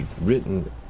written